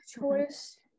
choice